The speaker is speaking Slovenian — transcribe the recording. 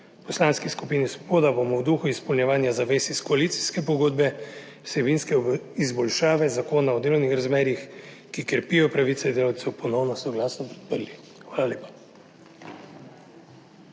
Poslanski skupini Svoboda bomo v duhu izpolnjevanja zavez iz koalicijske pogodbe vsebinske izboljšave Zakona o delovnih razmerjih, ki krepijo pravice delavcev, ponovno soglasno podprli. Hvala lepa.